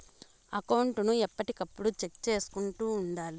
account ను ఎప్పటికప్పుడు check చేసుకుంటూ ఉండాలి